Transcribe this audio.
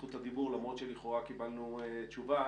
זכות הדיבור למרות שלכאורה דיברנו תשובה.